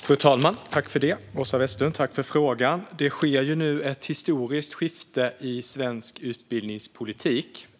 Fru talman! Tack, Åsa Westlund, för frågan! Det sker nu ett historiskt skifte i svensk utbildningspolitik.